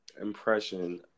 impression